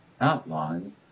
outlines